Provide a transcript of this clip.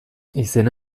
izena